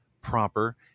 proper